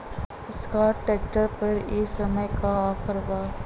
Escort tractor पर ए समय का ऑफ़र बा?